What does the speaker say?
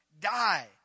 die